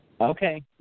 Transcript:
Okay